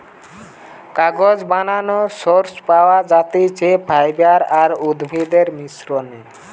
কাগজ বানানোর সোর্স পাওয়া যাতিছে ফাইবার আর উদ্ভিদের মিশ্রনে